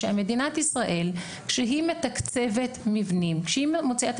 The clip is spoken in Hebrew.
שמדינת ישראל כשהיא מתקצבת מבנים כשהיא מוציאה את